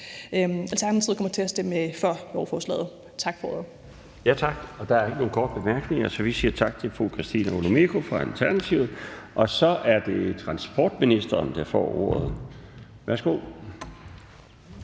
Alternativet kommer til at stemme for lovforslaget. Tak for ordet. Kl. 13:44 Den fg. formand (Bjarne Laustsen): Tak. Der er ikke nogen korte bemærkninger, så vi siger tak til fru Christina Olumeko fra Alternativet. Så er det transportministeren, der får ordet. Værsgo.